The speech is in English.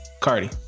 Cardi